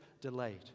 delayed